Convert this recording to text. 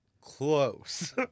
close